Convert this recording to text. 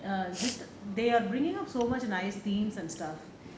err they are bringing out so much nice themes and stuff